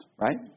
right